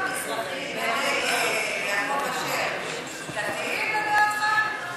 החרדים המזרחיים, בעיני יעקב אשר, הם דתיים לדעתך?